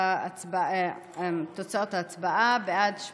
תוצאות ההצבעה: בעד,